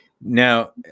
Now